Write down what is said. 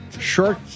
Short